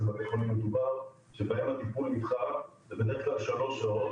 בתי חולים מדובר - שבהם הטיפול נדחה בדרך כלל שלוש שעות,